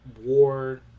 war